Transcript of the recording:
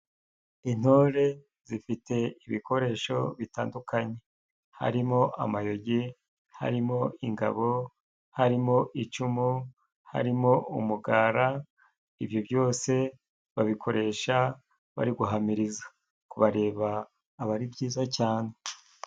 Intore zifite ibikoresho bitandukanye: harimo amayogi, harimo ingabo, harimo icumu, harimo umugara, ibyo byose, babikoresha bari guhamiriza. Kubareba aba ari byiza cyane.